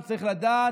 הוא צריך לדעת